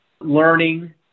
learning